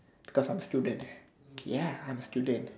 because I am student ya I am student